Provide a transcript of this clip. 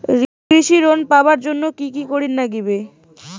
কৃষি ঋণ পাবার জন্যে কি কি করির নাগিবে?